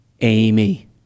Amy